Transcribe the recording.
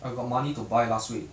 I got money to buy last week